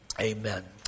Amen